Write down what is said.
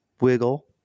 wiggle